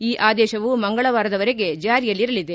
ಈ ಆದೇಶವು ಮಂಗಳವಾರದವರೆಗೆ ಜಾರಿಯಲ್ಲಿರಲಿದೆ